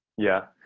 yeah,